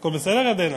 הכול מצוין.